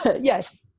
yes